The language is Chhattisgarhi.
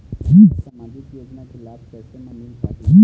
मोला सामाजिक योजना के लाभ कैसे म मिल पाही?